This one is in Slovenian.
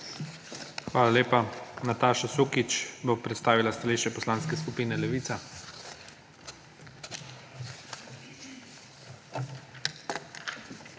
Hvala lepa. Nataša Sukič bo predstavila stališče Poslanske skupine Levica.